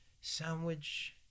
sandwich